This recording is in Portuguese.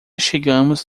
chegamos